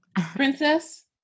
Princess